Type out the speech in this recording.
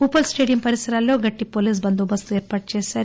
Uppal stadium పరిసరాల్లో గట్టి police బందోబస్తు ఏర్పాటు చేశారు